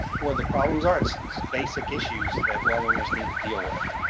where the problems are, it's it's basic issues that well owners need to deal with.